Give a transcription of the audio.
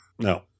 No